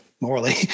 Morally